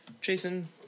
Jason